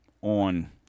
on